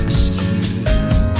skin